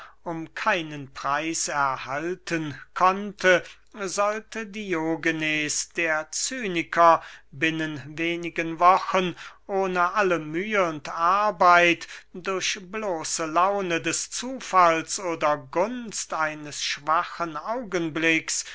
um keinen preis erhalten konnte sollte diogenes der cyniker binnen wenigen wochen ohne alle mühe und arbeit durch bloße laune des zufalls oder gunst eines schwachen augenblicks